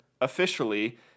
officially